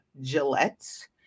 Gillette